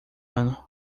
ano